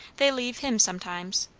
they leave him sometimes.